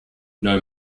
know